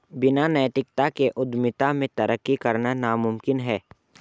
बिना नैतिकता के उद्यमिता में तरक्की करना नामुमकिन है